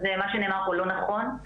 אז מה שנאמר פה לא נכון.